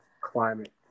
climate